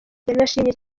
yanashimiye